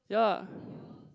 ya